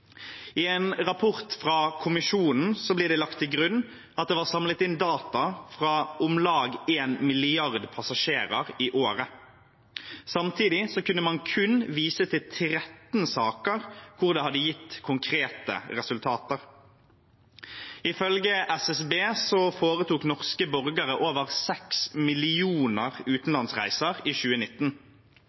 I en rapport fra Kommisjonen blir det lagt til grunn at det var samlet inn data fra om lag 1 milliard passasjerer i året. Samtidig kunne man kun vise til 13 saker hvor det hadde gitt konkrete resultater. Ifølge SSB foretok norske borgere over 6 millioner utenlandsreiser i 2019.